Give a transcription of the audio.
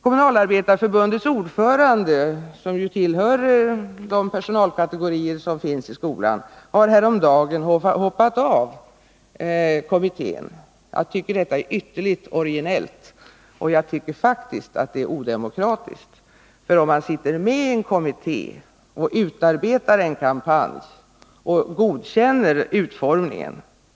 Kommunalarbetareförbundets ordförande, som ju tillhört de personalkategorier som arbetar i skolan, hoppade häromdagen av kommittén. Jag tycker att detta är ytterligt originellt, och jag tycker faktiskt att det är odemokratiskt. Han har suttit med i den kommitté som utarbetat kampanjen, och han har dessutom godkänt utformningen.